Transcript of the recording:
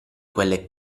quelle